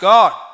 God